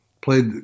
played